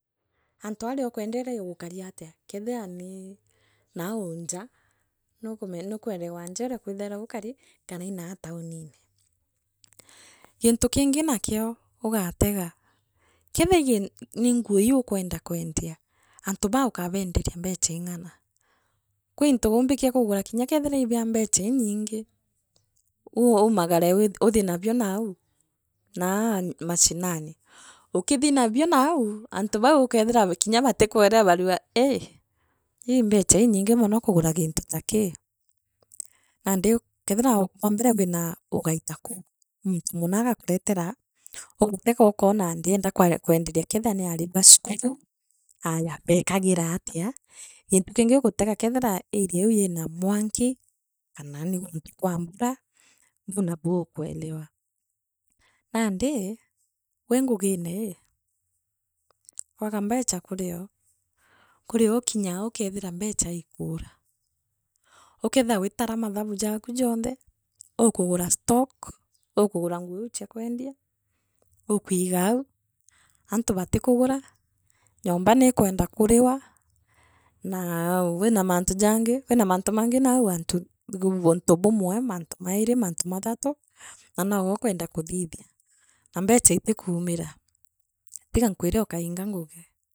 Antu aria ukwenderia gukari atia keethia ni nau njaa nuukamea nukwerewa njaa uria kwithairwa gukari kana inaa taunine. gintu kingi nakio ugatega keethia ii gii ii nguu ii ukwende kwenda kwendia antu baa ukaa benderia mbecha igana kwi into umbikia kugura inya kethira ibia mbecha inyingi, uu umagare ui uthii nabio nau na mashinani. Ukithii nabio nau antu bau ukeethira nya batikwerewa bariuga ii ii mbecha inyingi mono kugura gintu ta kii. Nandeu kethira bambira wina ugaita kuu muntu mu na agakaretera ugatega ukoona ndienda kwa kwenderia keethira ni ari baa sukuru ayaa beekagira atia gintu kingi igu tega kethira area iu ina mwanki kara ii guntu kwa mbura buu nabu ukwelewa, naandi wii nguginee. kwaaga mbecha kurioo kurioo ukirgaa ukethira mbecha ikuura. ukerthia witara mthabu jaaku jonthe ukugura stock ukugura nguu iu chia kwendia ukwigau antu batikuguraa nyomba niikwenda kuuriwa naa wina mantu jaangi, wina mantu mangi nau one two wina mantu mangi untu buumwe mantu mairi mantu mathatu na nogwe ukwenda kuthithia na mbecha itikuumira tiga nkwire ukainga ngugi.